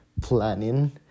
planning